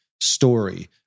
story